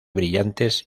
brillantes